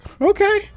Okay